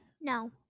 No